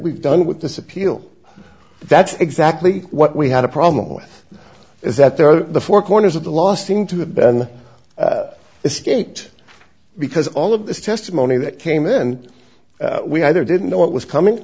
we've done with this appeal that's exactly what we had a problem with is that there are the four corners of the last thing to have been the state because all of this testimony that came in we either didn't know what was coming